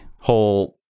whole